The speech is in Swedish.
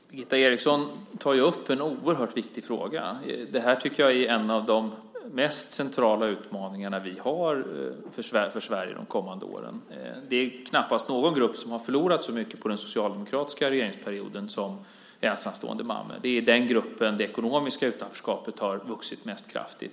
Fru talman! Birgitta Eriksson tar upp en oerhört viktig fråga. Detta tycker jag är en av de mest centrala utmaningar som vi har för Sverige under de kommande åren. Det är knappast någon grupp som har förlorat så mycket under den socialdemokratiska regeringsperioden som ensamstående mammor. Det är i den gruppen som det ekonomiska utanförskapet har vuxit kraftigast.